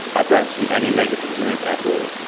ah don't see any negatives in it at all.